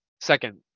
second